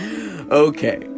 Okay